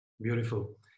Beautiful